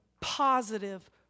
positive